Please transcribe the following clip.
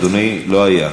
אדוני לא היה,